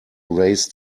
raise